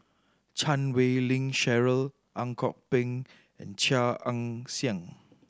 Chan Wei Ling Cheryl Ang Kok Peng and Chia Ann Siang